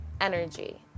energy